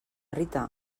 rita